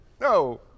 No